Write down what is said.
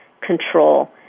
control